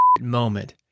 moment